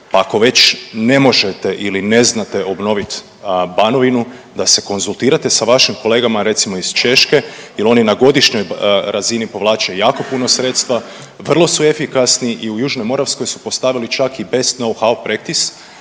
ako već ne možete ili ne znate obnovit Banovinu da se konzultirate sa vašim kolegama recimo iz Češke jel oni na godišnjoj razini povlače jako puno sredstva, vrlo su efikasni i u Južnoj Moravskoj su postavili čak i …/Govornik